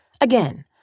Again